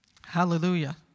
Hallelujah